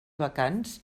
vacants